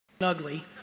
ugly